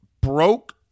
broke